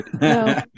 No